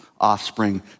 offspring